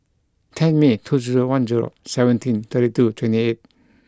ten May two zero one zero seventeen thirty two twenty eight